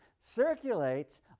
circulates